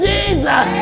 Jesus